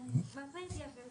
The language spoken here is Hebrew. אני אשמח להתייחס